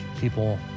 people